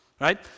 Right